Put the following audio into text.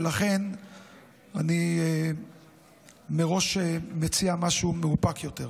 ולכן אני מראש מציע משהו מאופק יותר.